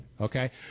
Okay